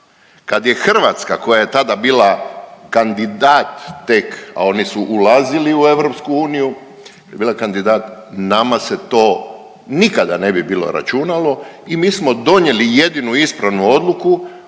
Kad je Hrvatska, koja je tada bila kandidat tek, a oni su ulazili u EU, bila kandidat, nama se to nikada ne bi bilo računalo i mi smo donijeli jedinu ispravu odluku